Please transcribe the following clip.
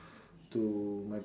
to my